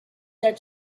said